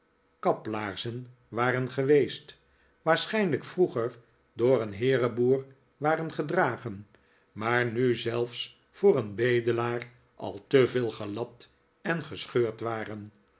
kaplaarzen waren geweest waarschijnlijk vroeger door een heereboer waren gedragen maar nu zelfs voor een bedelaar al te veel gelapt en gescheurd waren